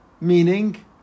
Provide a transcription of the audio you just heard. meaning